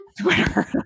Twitter